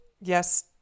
Yes